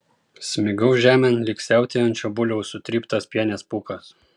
smigau žemėn lyg siautėjančio buliaus sutryptas pienės pūkas